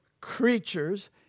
creatures